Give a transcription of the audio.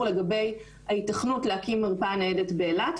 לגבי ההיתכנות להקים מרפאה ניידת באילת,